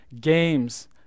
games